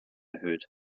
erhöht